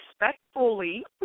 respectfully